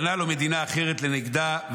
בנה לו מדינה אחרת לנגדה,